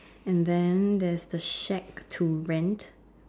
and then there's the shack to rent